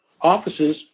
offices